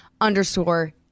underscore